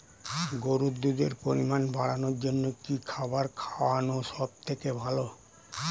গরুর দুধের পরিমাণ বাড়ানোর জন্য কি খাবার খাওয়ানো সবথেকে ভালো?